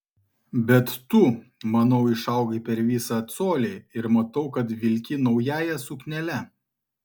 bet tu manau išaugai per visą colį ir matau kad vilki naująja suknele